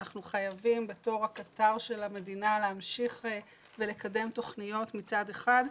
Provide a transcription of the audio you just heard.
אנחנו חייבים בתור הקטר של המדינה להמשיך ולקדם תכניות מצד אחד,